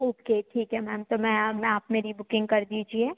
okay ठीक है ma'am तो मैम आप मेरी बुकिंग कर दीजिए